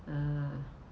mm